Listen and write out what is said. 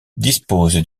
dispose